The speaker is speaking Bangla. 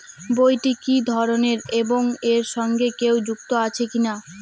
বইটি কি ধরনের এবং এর সঙ্গে কেউ যুক্ত আছে কিনা?